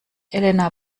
elena